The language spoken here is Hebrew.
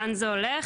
ולאן זה הולך?